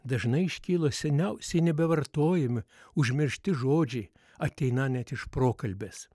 dažnai iškyla seniausiai nebevartojami užmiršti žodžiai ateiną net iš prokalbės